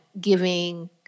giving